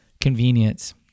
convenience